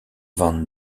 van